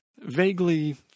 vaguely